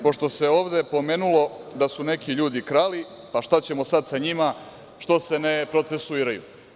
Pošto se ovde pomenulo da su neki ljudi krali, pa šta ćemo sad sa njima, što se ne procesuiraju?